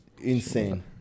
insane